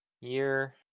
Year